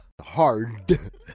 hard